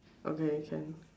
okay can